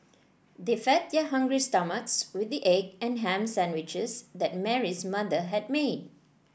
they fed their hungry stomachs with the egg and ham sandwiches that Mary's mother had made